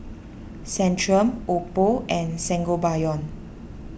Centrum Oppo and Sangobion